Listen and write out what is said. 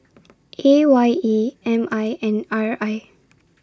A Y E M I and R I